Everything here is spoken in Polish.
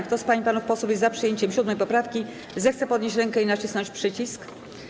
Kto z pań i panów posłów jest za przyjęciem 7. poprawki, zechce podnieść rękę i nacisnąć przycisk.